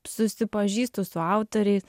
susipažįstu su autoriais